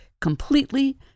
completely